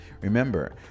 remember